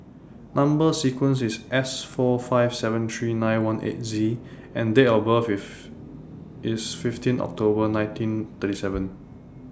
Number sequence IS S four five seven three nine one eight Z and Date of birth IS IS fifteen October nineteen thirty seven